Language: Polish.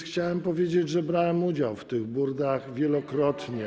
Chciałem powiedzieć, że brałem udział w tych burdach wielokrotnie i.